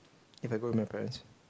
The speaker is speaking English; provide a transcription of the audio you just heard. if I go with my parents